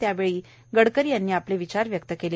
यावेळी गडकरी यांनी आपले विचार व्यक्त केले